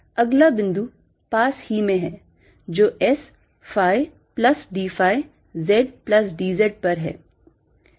अगला बिंदु पास ही में है जो S phi plus d phi z plus d z पर है